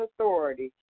authority